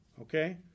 Okay